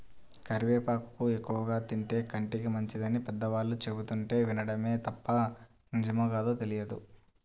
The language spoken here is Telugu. కరివేపాకు ఎక్కువగా తింటే కంటికి మంచిదని పెద్దవాళ్ళు చెబుతుంటే వినడమే తప్ప నిజమో కాదో తెలియదు